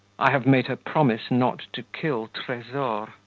i have made her promise not to kill tresor.